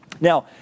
Now